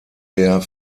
der